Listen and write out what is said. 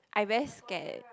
I very scared eh